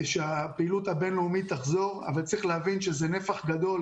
שהפעילות הבינלאומית תחזור אבל צריך להבין שזה נפח גדול,